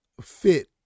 fit